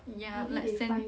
ya like send